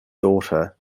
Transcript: daughter